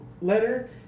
letter